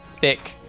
thick